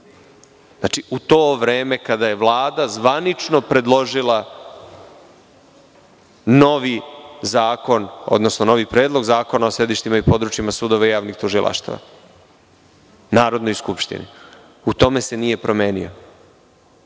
Znači, u to vreme kada je Vlada zvanično predložila novi zakon, odnosno novi Predlog zakona o sedištima i područjima sudova i javnih tužilaštava Narodnoj skupštini, u tome se nije promenio. Prema